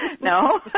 No